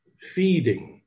feeding